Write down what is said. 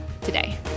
today